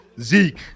Zeke